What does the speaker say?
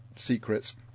secrets